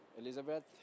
Elizabeth